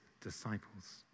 disciples